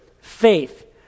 faith